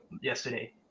yesterday